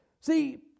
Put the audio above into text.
see